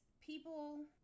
people